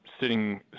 sitting